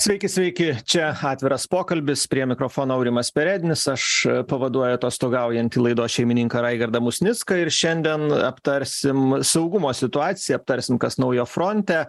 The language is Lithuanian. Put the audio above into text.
sveiki sveiki čia atviras pokalbis prie mikrofono aurimas perednis aš pavaduoju atostogaujantį laidos šeimininką raigardą musnicką ir šiandien aptarsim saugumo situaciją aptarsim kas naujo fronte